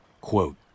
quote